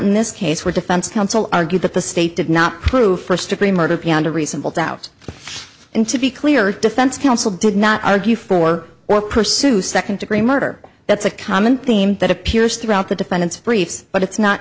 in this case where defense counsel argued that the state did not prove first degree murder pianta reasonable doubt and to be clear defense counsel did not argue for or pursue second degree murder that's a common theme that appears throughout the defendant's briefs but it's not